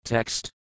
Text